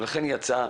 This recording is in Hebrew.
לכן יצאה